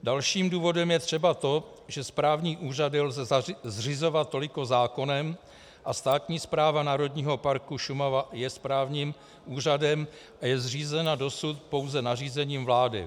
Dalším důvodem je třeba to, že správní úřad lze zřizovat toliko zákonem a státní Správa Národního parku Šumava je správním úřadem a je zřízena dosud pouze nařízením vlády.